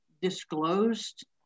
disclosed